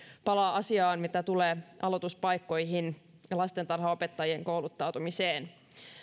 palaa asiaan mitä tulee aloituspaikkoihin ja lastentarhanopettajien kouluttautumiseen